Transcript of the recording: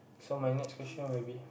so my next question will be